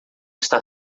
está